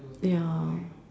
ya